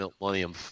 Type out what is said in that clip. Millennium